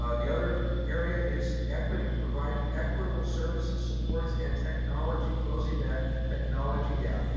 ah the other area is equity, providing equitable services, supports, and technology, closing that technology gap.